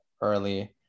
early